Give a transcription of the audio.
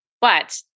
but-